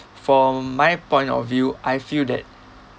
for my point of view I feel that